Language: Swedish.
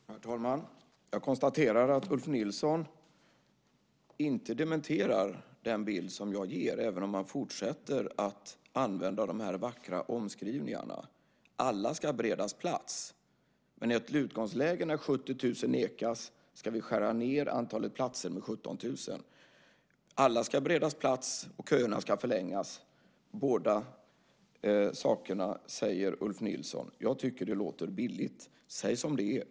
Herr talman! Jag konstaterar att Ulf Nilsson inte dementerar den bild som jag ger, även om han fortsätter att använda de här vackra omskrivningarna: Alla ska beredas plats. Men i ett utgångsläge när 70 000 nekas plats ska vi skära ned antalet platser med 17 000. Alla ska beredas plats, och köerna ska förlängas. Båda sakerna säger Ulf Nilsson. Jag tycker att det låter billigt. Säg som det är!